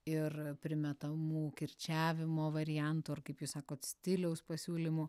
ir primetamų kirčiavimo variantų ar kaip jūs sakot stiliaus pasiūlymų